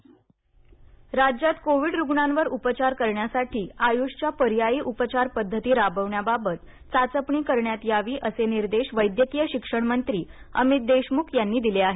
Covid उपचार राज्यात covid रुग्णांवर उपचार करण्यासाठी आयुषच्या पर्यायी उपचारपद्धती राबविण्याबाबत चाचपणी करण्यात यावी असे निर्देश वैद्यकीय शिक्षणमंत्री अमित देशमुख यांनी दिले आहेत